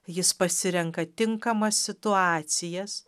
jis pasirenka tinkamas situacijas